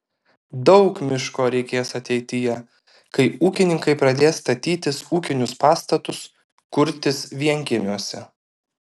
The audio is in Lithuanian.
daug miško reikės ateityje kai ūkininkai pradės statytis ūkinius pastatus kurtis vienkiemiuose